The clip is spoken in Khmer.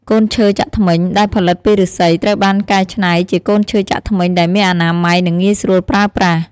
កូនឈើចាក់ធ្មេញ ដែលផលិតពីឫស្សីត្រូវបានកែច្នៃជាកូនឈើចាក់ធ្មេញដែលមានអនាម័យ និងងាយស្រួលប្រើប្រាស់។